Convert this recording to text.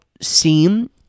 seem